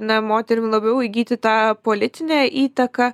na moterim labiau įgyti tą politinę įtaką